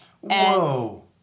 Whoa